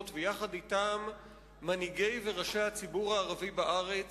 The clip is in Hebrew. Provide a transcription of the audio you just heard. ויחד אתם מנהיגי וראשי הציבור הערבי בארץ,